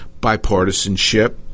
bipartisanship